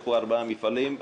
נפתחו ארבעה מפעלים,